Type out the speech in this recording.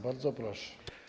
Bardzo proszę.